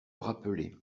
rappeler